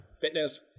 Fitness